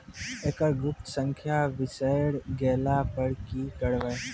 एकरऽ गुप्त संख्या बिसैर गेला पर की करवै?